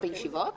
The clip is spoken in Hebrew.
בישיבות?